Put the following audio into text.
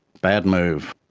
bad move.